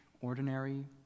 ordinary